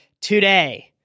today